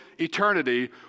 eternity